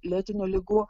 lėtinių ligų